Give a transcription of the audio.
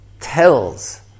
Tells